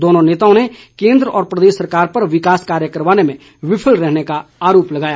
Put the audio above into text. दोनों नेताओं ने केंद्र व प्रदेश सरकार पर विकास कार्य करवाने में विफल रहने का आरोप लगाया